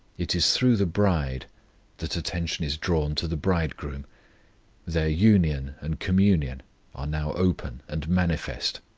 it is through the bride that attention is drawn to the bridegroom their union and communion are now open and manifest.